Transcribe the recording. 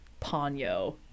Ponyo